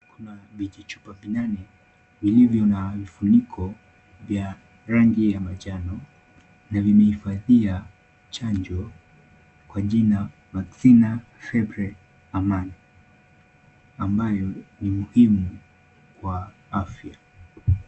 Kuna vijichupa vinane vilivyo na vifuniko vya rangi ya manjano na vimehifadhia chanjo kwa jina vaccina febre aman , ambayo ni muhimu kwa afya.